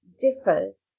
differs